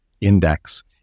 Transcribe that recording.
index